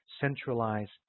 centralized